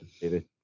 David